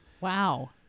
Wow